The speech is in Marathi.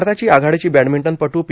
भारताची आघाडीची बॅडमिंटनपटू पी